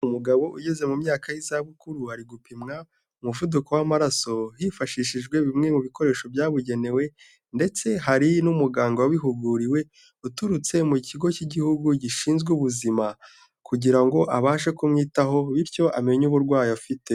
Umugabo ugeze mu myaka y'izabukuru, ari gupimwa umuvuduko w'amaraso hifashishijwe bimwe mu bikoresho byabugenewe, ndetse hari n'umuganga wabihuguriwe, uturutse mu kigo cy'igihugu gishinzwe ubuzima, kugira ngo abashe kumwitaho, bityo amenye uburwayi afite.